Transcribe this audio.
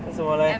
为什么 leh